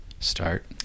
start